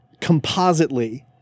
compositely